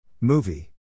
Movie